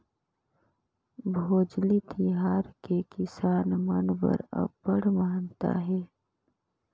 भोजली तिहार के किसान मन बर अब्बड़ महत्ता हे